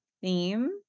theme